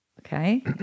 Okay